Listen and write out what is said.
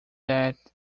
that